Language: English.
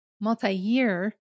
multi-year